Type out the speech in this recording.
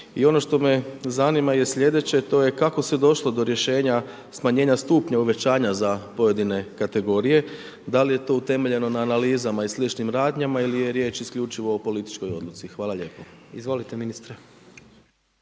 I ono što me zanima je sljedeće, to je kako se došlo do rješenja, smanjenja stupnja uvećanja za pojedine kategorije. Da li je to utemeljeno na analizama i sličnim radnjama ili je riječ isključivo o političkoj odluci, hvala lijepo. **Jandroković,